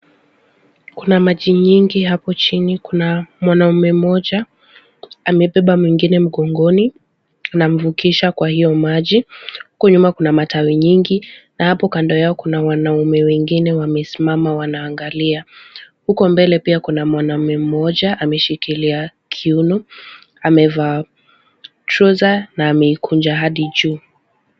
Kuna maji nyingi hapo chini, kuna mwanaume mmoja amebeba mwingine mgongoni anamvukisha kwa hiyo maji, huku nyuma kuna matawi nyingi na hapo kando yao kuna wanaume wengine wamesimama wanaangalia. Huko mbele pia kuna mwanamke mmoja ameshikilia kiuno, amevaa trouser na ameikunja hadi juu.